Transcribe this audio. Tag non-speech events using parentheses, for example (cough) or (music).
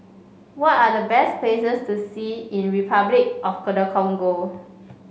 what are the best places to see in Repuclic of (unintelligible) Congo